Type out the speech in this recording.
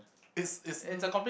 it's it's